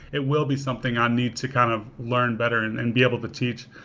it will be something i need to kind of learn better and and be able to teach.